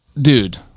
Dude